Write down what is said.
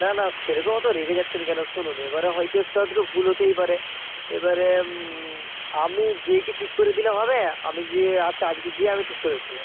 না না সেরকম অতো রেগে যাচ্ছেন কেন শুনুন এবারে হয়তো একটু আধটু ভুল হতেই পারে এবারে আমি গিয়ে কি ঠিক করে দিলে হবে আমি যদি আচ্ছা আজকে গিয়ে আমি ঠিক করে দেবো